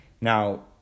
Now